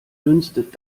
dünstet